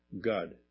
God